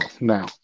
now